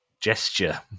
gesture